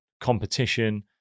competition